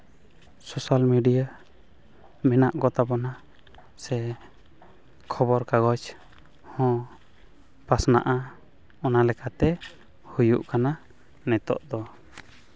social media ᱢᱮᱱᱟᱜ ᱠᱚᱛᱟ ᱵᱚᱱᱟ ᱥᱮ ᱠᱷᱚᱵᱚᱨ ᱠᱟᱜᱚᱡᱽ ᱦᱚᱸ ᱯᱟᱥᱱᱟᱜᱼᱟ ᱚᱱᱟ ᱞᱮᱠᱟᱛᱮ ᱦᱩᱭᱩᱜ ᱠᱟᱱᱟ ᱱᱤᱛᱚᱜ ᱫᱚ